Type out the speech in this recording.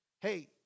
hey